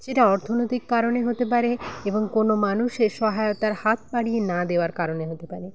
সেটা অর্থনৈতিক কারণে হতে পারে এবং কোনো মানুষের সহায়তার হাত বাড়িয়ে না দেওয়ার কারণে হতে পারে